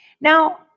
Now